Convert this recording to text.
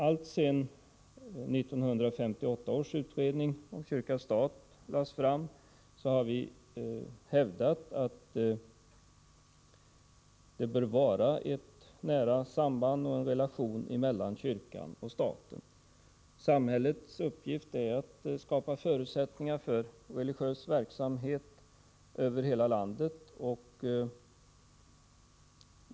Alltsedan 1958 års utredning om kyrka-stat lades fram har vi hävdat att det bör vara ett nära samband, en nära relation, mellan kyrkan och staten. Samhällets uppgift är att skapa förutsättningar för religiös verksamhet över hela landet.